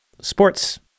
sports